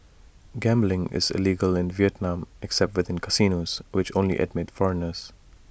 gambling is illegal in Vietnam except within the casinos which only admit foreigners